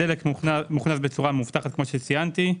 הדלק מוכנס בצורה מאובטחת, כמו שציינתי,